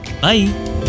Bye